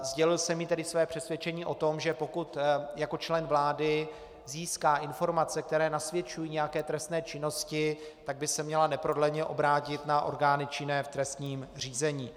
Sdělil jsem jí tedy své přesvědčení o tom, že pokud jako člen vlády získá informace, které nasvědčují nějaké trestné činnosti, tak by se měla neprodleně obrátit na orgány činné v trestním řízení.